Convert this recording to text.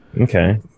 okay